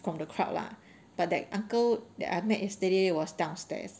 from the crowd lah but that uncle that I met yesterday was downstairs